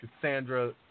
Cassandra